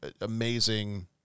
amazing